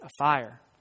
afire